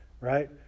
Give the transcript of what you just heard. right